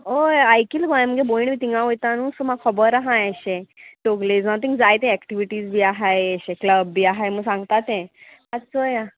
ओय आयकिला गो आमगे भयण थिंगां वयता न्हू सो म्हाका खबर आहा एशें सोगलें जावं थिंगां जाय तें एक्टिविटीज बी आहाय अशें क्लब बी आहाय म्हूण सांगता तें आतां चोय आहा